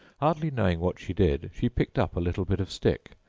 hardly knowing what she did, she picked up a little bit of stick,